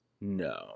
No